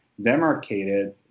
demarcated